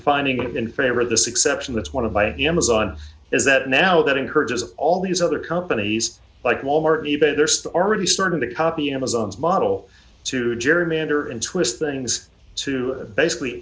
finding them in favor of this exception that's one of the amazon is that now that encourages all these other companies like wal mart be that there's already starting to copy amazon's model to gerrymander and twist things to basically